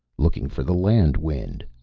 looking for the land wind.